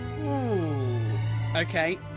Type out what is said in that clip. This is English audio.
Okay